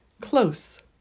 close